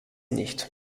nicht